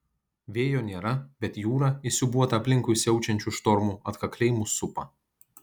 vėjo nėra bet jūra įsiūbuota aplinkui siaučiančių štormų atkakliai mus supa